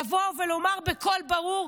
לבוא ולומר בקול ברור: